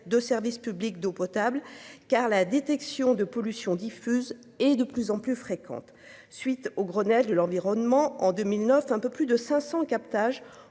de services publics d'eau potable car la détection de pollution diffuse et de plus en plus fréquentes. Suite au Grenelle de l'environnement en 2009 un peu plus de 500 captages